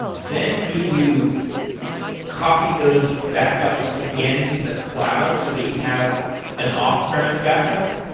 then do you copy those backups again to the cloud so that you have an off premise backup?